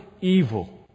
Evil